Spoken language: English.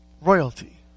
Royalty